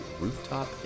Rooftop